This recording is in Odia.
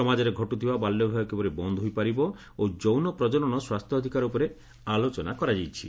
ସମାଜରେ ଘଟୁଥିବା ବାଲ୍ୟବିବାହ କିପରି ବନ୍ଦ ହୋଇପାରିବ ଓ ଯୌନ ପ୍ରଜନନ ସ୍ୱାସ୍ଥ୍ୟ ଅଧିକାର ଉପରେ ଆଲୋଚନା କରାଯାଇଛି